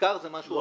מחקר זה משהו אחר.